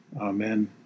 Amen